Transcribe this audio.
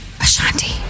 Ashanti